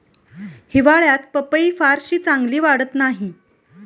हिवाळ्यात पपई फारशी चांगली वाढत नाही